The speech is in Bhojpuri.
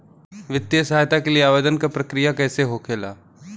वित्तीय सहायता के लिए आवेदन क प्रक्रिया कैसे होखेला?